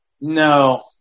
No